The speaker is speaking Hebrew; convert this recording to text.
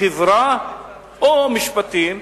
החברה או המשפטים,